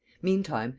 meantime,